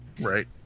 Right